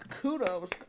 kudos